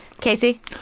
Casey